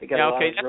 Okay